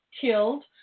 Killed